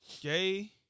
gay